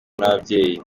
n’ababyeyi